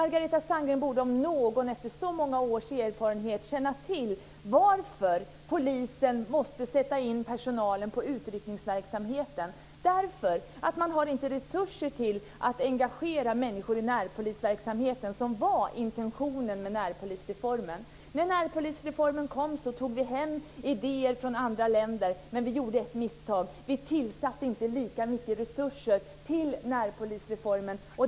Margareta Sandgren om någon borde, efter så många års erfarenhet, känna till varför polisen måste sätta in personalen i utryckningsverksamheten: därför att man inte har resurser att engagera människor i närpolisverksamheten, vilket intentionen var med närpolisreformen. När närpolisreformen kom tog vi hem idéer från andra länder, men vi gjorde ett misstag: Vi tillsatte inte tillräckligt mycket resurser till närpolisreformen.